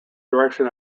direction